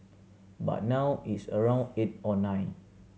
but now it's around eight or nine